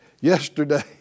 yesterday